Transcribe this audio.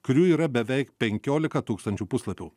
kurių yra beveik penkiolika tūkstančių puslapių